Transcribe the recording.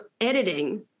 editing